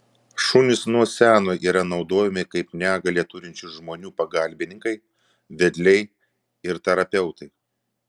šunys nuo seno yra naudojami kaip negalią turinčių žmonių pagalbininkai vedliai ir terapeutai